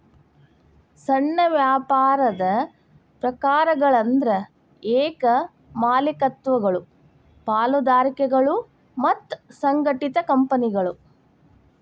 ಸಣ್ಣ ವ್ಯಾಪಾರದ ಪ್ರಕಾರಗಳಂದ್ರ ಏಕ ಮಾಲೇಕತ್ವಗಳು ಪಾಲುದಾರಿಕೆಗಳು ಮತ್ತ ಸಂಘಟಿತ ಕಂಪನಿಗಳು